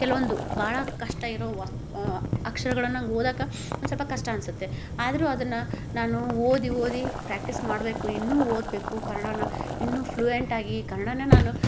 ಕೆಲವೊಂದು ಭಾಳ ಕಷ್ಟ ಇರುವ ಅಕ್ಷರಗಳನ್ನ ಓದಕ್ಕೆ ಒಂದು ಸ್ವಲ್ಪ ಕಷ್ಟ ಅನ್ಸುತ್ತೆ ಆದರೂ ಅದನ್ನ ನಾನು ಓದಿ ಓದಿ ಪ್ರ್ಯಾಕ್ಟೀಸ್ ಮಾಡಬೇಕು ಇನ್ನೂ ಓದಬೇಕು ಕನ್ನಡನ ಇನ್ನೂ ಫ್ಲುಯೆಂಟಾಗಿ ಕನ್ನಡಾನೇ ನಾನು